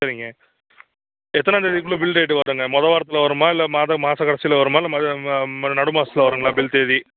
சரிங்க எத்தனாம் தேதிக்குள்ளே பில் டேட்டு வருங்க மொதல் வாரத்தில் வருமா இல்லை மாதக் மாதக் கடைசியில் வருமா இல்லை நடு மாதத்துல வருங்களா பில் தேதி